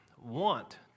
want